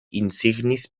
insignis